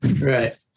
right